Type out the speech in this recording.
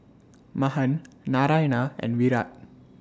Mahan Narayana and Virat